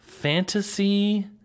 Fantasy